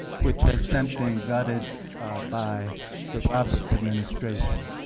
which has since been gutted by the robert's administration.